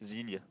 Xenia